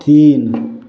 तीन